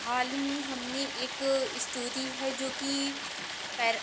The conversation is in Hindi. हाल में हमने एक स्टोरी है जो कि पैर